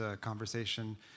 conversation